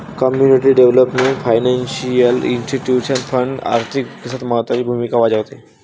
community development financial institution fund आर्थिक विकासात महत्त्वाची भूमिका बजावते